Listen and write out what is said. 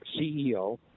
CEO